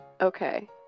Okay